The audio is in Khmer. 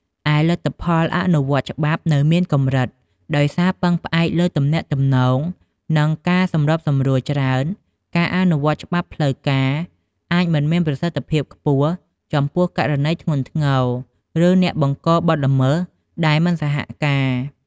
ឯលទ្ធភាពអនុវត្តច្បាប់នៅមានកម្រិត ដោយសារពឹងផ្អែកលើទំនាក់ទំនង និងការសម្របសម្រួលច្រើន ការអនុវត្តច្បាប់ផ្លូវការ អាចមិនមានប្រសិទ្ធភាពខ្ពស់ចំពោះករណីធ្ងន់ធ្ងរ ឬអ្នកបង្កបទល្មើសដែលមិនសហការ។